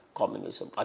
communism